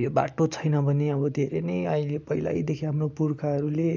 यो बाटो छैन भने अब धेरै नै अहिले पैहिल्यैदेखि हाम्रो पुर्खाहरूले